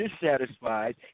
dissatisfied